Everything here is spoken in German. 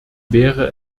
wäre